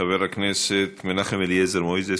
חבר הכנסת מנחם אליעזר מוזס,